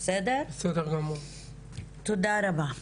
תודה רבה.